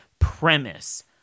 premise